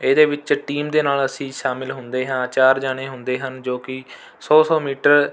ਇਹਦੇ ਵਿੱਚ ਟੀਮ ਦੇ ਨਾਲ ਅਸੀਂ ਸ਼ਾਮਲ ਹੁੰਦੇ ਹਾਂ ਚਾਰ ਜਣੇ ਹੁੰਦੇ ਹਨ ਜੋ ਕਿ ਸੌ ਸੌ ਮੀਟਰ